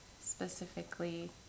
specifically